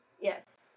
Yes